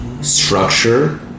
structure